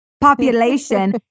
population